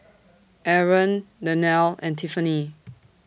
Aron Danielle and Tiffanie